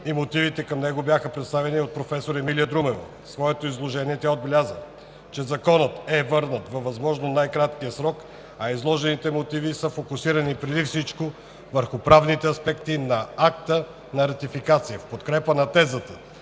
и мотивите към него бяха представени от професор Емилия Друмева. В своето изложение тя отбеляза, че Законът е върнат във възможно най-краткия срок, а изложените мотиви са фокусирани преди всичко върху правните аспекти на акта на ратификацията. В подкрепа на тезата